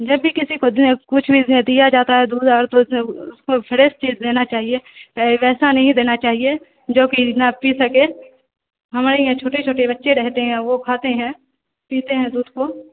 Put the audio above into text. جب بھی کسی کو دیں کچھ بھی دیا جاتا ہے دودھ اور اس کو فریش چیز دینا چاہیے ویسا نہیں دینا چاہیے جو کہ نہ پی سکے ہمارے یہاں چھوٹے چھوٹے بچے رہتے ہیں وہ کھاتے ہیں پیتے ہیں دودھ کو